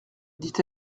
dit